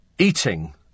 Eating